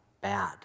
bad